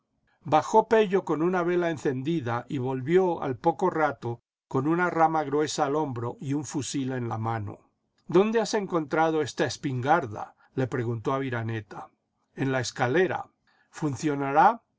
bajó pello con una vela encendida y volvió al poco rato con una rama gruesa al hombro y un fusil en la mano dónde has encontrado esta espingarda le preguntó aviraneta en la escalera fupxcionará